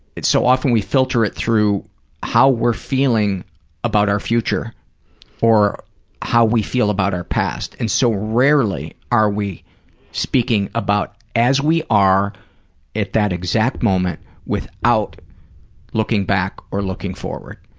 it's so often we filter it through how we're feeling about our future or how we feel about our past. and so rarely are we speaking about as we are at that exact moment without looking back or looking forward.